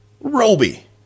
Roby